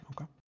okay